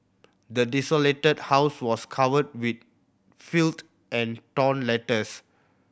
the desolated house was covered with filth and torn letters